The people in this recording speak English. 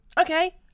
Okay